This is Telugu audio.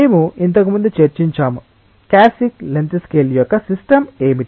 మేము ఇంతకుముందు చర్చించాము క్యారెక్టర్స్టిక్ లెంగ్త్ స్కేల్ యొక్క సిస్టం ఏమిటి